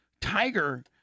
Tiger